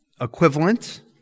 equivalent